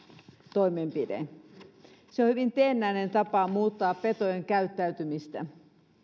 toimenpide se on hyvin teennäinen tapa muuttaa petojen käyttäytymistä